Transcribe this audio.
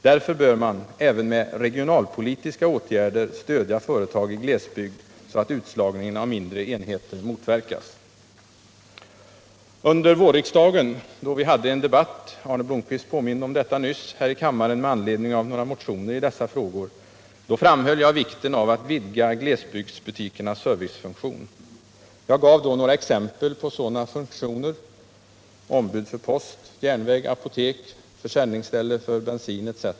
Därför bör man även med regionalpolitiska åtgärder stödja företag i glesbygd, så att utslagningen av mindre enheter motverkas. Under vårriksdagen — då vi hade en debatt här i kammaren med anledning av några motioner i dessa frågor, som Arne Blomkvist nyss påminde om — framhöll jag vikten av att vidga glesbygdsbutikernas servicefunktion. Jag gav då några exempel på sådana funktioner — ombud för post, järnväg, apotek, försäljningsställe för bensin etc.